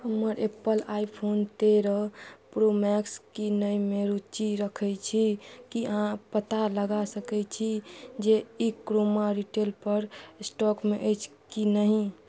हमर Apple iPhone तेरह Pro Max कीनयमे रुचि रखैत छी की अहाँ पता लगा सकैत छी जे ई क्रोमा रिटेल पर स्टॉकमे अछि कि नहि